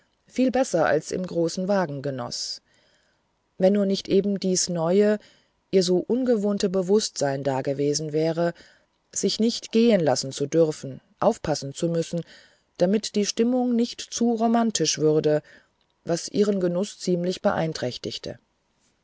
viel besser als im großen wagen genoß wenn nur nicht eben dies neue ihr so ungewohnte bewußtsein dagewesen wäre sich nicht gehen lassen zu dürfen aufpassen zu müssen damit die stimmung nicht zu romantisch würde was ihren genuß ziemlich beeinträchtigte